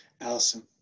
Allison